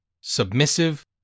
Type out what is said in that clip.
submissive